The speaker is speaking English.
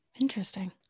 Interesting